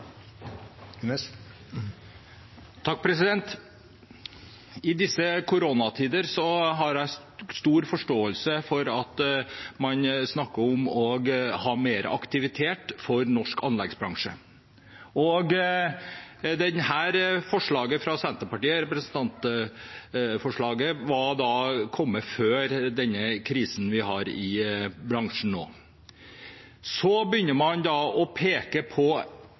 I disse koronatider har jeg stor forståelse for at man snakker om å ha mer aktivitet for norsk anleggsbransje. Dette representantforslaget fra Senterpartiet kom før den krisen vi har i bransjen nå. Man begynner å peke på